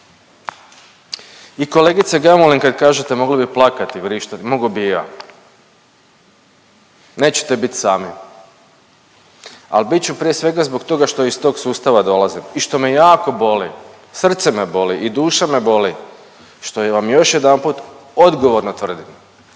I kolegice Gamulin kad kažete mogla bi plakati, vrištat, mogao bi i ja. Nećete bit sami, al bit ću prije svega zbog toga što iz toga sustava dolazim i što me jako boli, srce me boli i duša me boli što vam još jedanput odgovorno tvrdim,